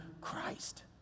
Christ